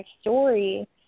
story